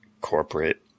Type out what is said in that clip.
corporate